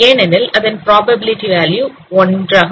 ஏனெனில் அதன் probability value 1